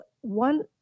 one